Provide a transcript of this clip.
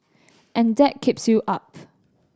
and that keeps you up